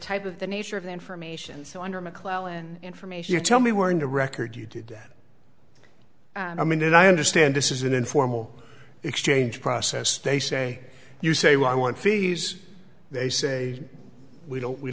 type of the nature of the information so under mcclellan information you tell me where in the record you did that i mean that i understand this is an informal exchange process they say you say well i want fees they say we don't we